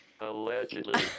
Allegedly